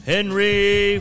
Henry